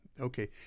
okay